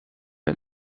bij